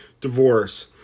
Divorce